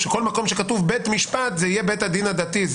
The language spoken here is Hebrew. "בכל מקום שכתוב "בית משפט" זה יהיה "בית הדין הדתי".